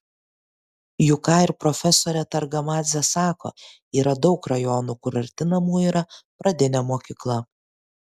juk ką ir profesorė targamadzė sako yra daug rajonų kur arti namų yra pradinė mokykla